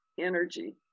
energy